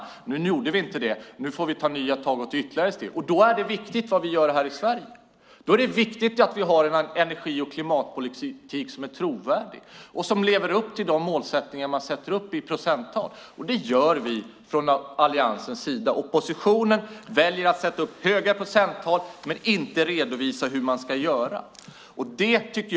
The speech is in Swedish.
Det gjorde vi inte, så nu får vi ta nya tag och ytterligare ett steg. Då är det viktigt vad vi gör här i Sverige och att vi har en energi och klimatpolitik som är trovärdig och som är sådan att vi lever upp till uppsatta mål i procenttal. Det gör vi från Alliansens sida. Oppositionen väljer att sätta upp höga procenttal men redovisar inte hur man ska göra, vilket är beklagligt.